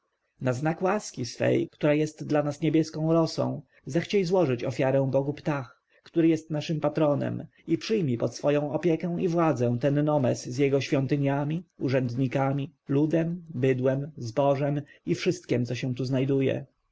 na znak łaski swej która jest dla nas niebieską rosą chciej złożyć ofiarę bogu ptah naszemu patronowi i przyjmij pod swoją opiekę i władzę ten nomes z jego świątyniami urzędnikami ludem bydłem zbożem i wszystkiem co się tu znajduje